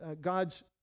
God's